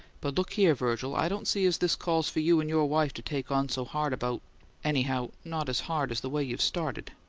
but look here, virgil, i don't see as this calls for you and your wife to take on so hard about anyhow not as hard as the way you've started.